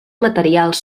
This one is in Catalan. materials